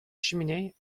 cheminée